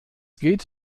geht